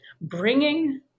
bringing